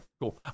Cool